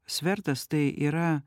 svertas tai yra